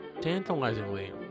Tantalizingly